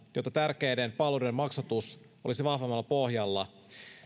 jotta tärkeiden palveluiden maksatus olisi vahvemmalla pohjalla